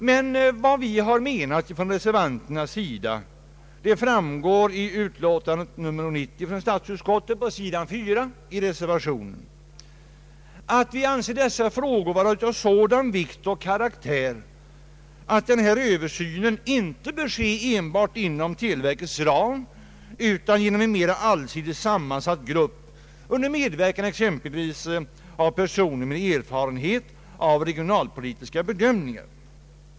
Men vad vi reservanter har menat framgår av reservationen till statsutskottets utlåtande nr 90 på sidan 4. Vi anser denna fråga vara av sådan vikt och karaktär att översynen inte bör ske enbart inom televerkets ram utan genom en mera allsidigt sammansatt grupp under medverkan exempelvis av personer med erfarenhet av regionalpolitiska bedömningar.